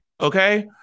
okay